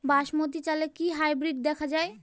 বাসমতী চালে কি হাইব্রিড দেওয়া য়ায়?